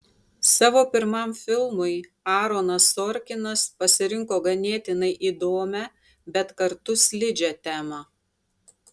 savo pirmam filmui aaronas sorkinas pasirinko ganėtinai įdomią bet kartu slidžią temą